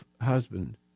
husband